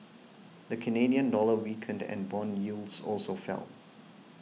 the Canadian dollar weakened and bond yields also fell